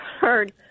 heard